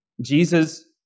Jesus